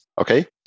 okay